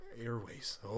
airways